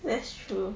that's true